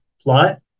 plot